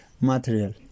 material